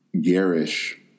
garish